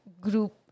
group